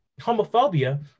homophobia